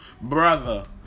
brother